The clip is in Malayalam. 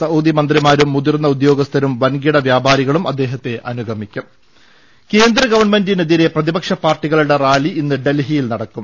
സൌദി മന്ത്രിമാരും മുതിർന്ന ഉദ്യോഗസ്ഥരും വൻകിട വ്യാപാരികളും അദ്ദേഹത്തെ അനുഗമിക്കും കേന്ദ്ര ഗവൺമെന്റിനെതിരെ പ്രതിപക്ഷ പാർട്ടികളുടെ റാലി ഇന്ന് ഡൽഹിയിൽ നടക്കും